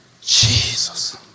Jesus